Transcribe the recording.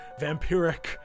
vampiric